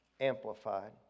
Amplified